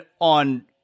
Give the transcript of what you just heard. on